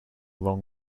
wrong